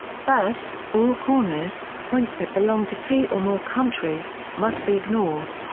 first, all corners, points that belong to three or more countries, must be ignored.